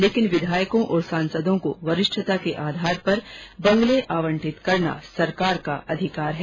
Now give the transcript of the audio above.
लेकिन विधायकों और सांसदों को वरिष्ठता के आधार पर बंगले आवंटित करना सरकार का अधिकार है